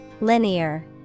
Linear